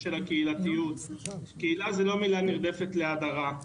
הקהילתיות קהילה זאת לא מילה נרדפת להדרה.